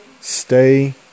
Stay